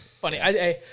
funny